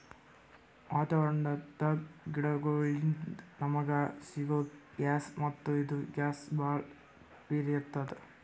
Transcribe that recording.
ವಾತಾವರಣದ್ ಗಿಡಗೋಳಿನ್ದ ನಮಗ ಸಿಗೊ ಗ್ಯಾಸ್ ಮತ್ತ್ ಇದು ಗ್ಯಾಸ್ ಭಾಳ್ ಪಿರೇ ಇರ್ತ್ತದ